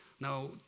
Now